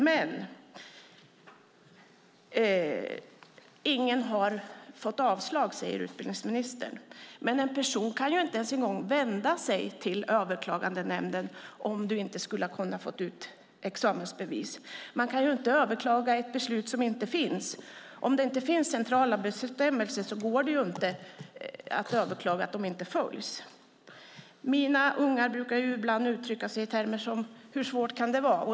Utbildningsministern säger att ingen har fått avslag. Men en person kan inte ens en gång vända sig till Överklagandenämnden om man inte har kunnat få ut ett examensbevis. Man kan inte överklaga ett beslut som inte finns. Om det inte finns centrala bestämmelser går det inte överklaga att de inte följs. Mina ungar brukar ibland uttrycka sig i termer som: Hur svårt kan det vara?